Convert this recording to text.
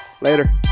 Later